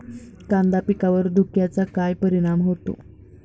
कांदा पिकावर धुक्याचा काय परिणाम होतो?